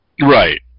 Right